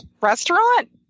restaurant